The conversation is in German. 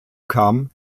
kam